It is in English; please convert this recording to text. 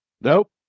Nope